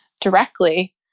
directly